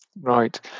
Right